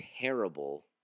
terrible